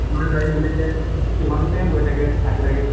আমাৰ গাড়ীত এনেকৈ সিমানটোতে গৈ থাকে আহি থাকে